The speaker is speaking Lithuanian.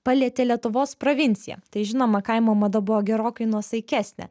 palietė lietuvos provinciją tai žinoma kaimo mada buvo gerokai nuosaikesnė